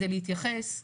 כדי להתייחס ולהבין.